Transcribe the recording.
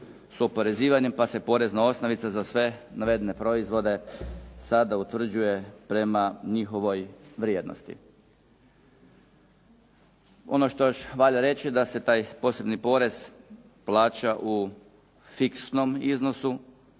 pa se porezna osnovica za sve navedene proizvode sada utvrđuje prema njihovoj vrijednosti. Ono što još valja reći da se taj posebni porez plaća u fiksnom iznosu,